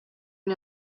and